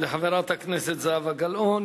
תודה לחברת הכנסת זהבה גלאון.